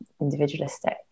individualistic